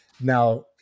Now